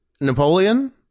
Napoleon